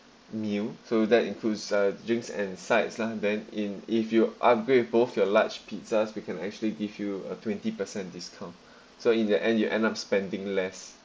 meal so that includes uh drinks and sides lah then in if you upgrade both your large pizzas we can actually give you a twenty per cent discount so in the end you end up spending less